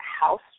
house